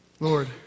Lord